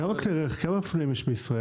כמה אופנועים יש בישראל?